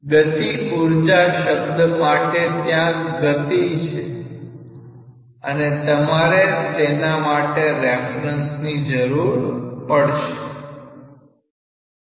ગતિ ઉર્જા શબ્દ માટે ત્યાં ગતિ છે અને તમારે તેના માટે રેફરન્સની જરૂર પડશે